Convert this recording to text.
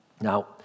Now